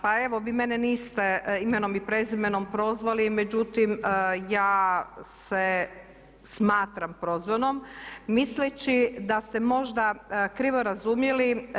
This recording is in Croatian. Pa evo vi mene niste imenom i prezimenom prozvali, međutim ja se smatram prozvanom misleći da ste možda krivo razumjeli.